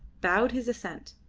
bowed his assent.